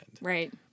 Right